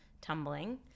tumbling